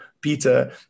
Peter